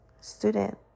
student